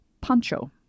Pancho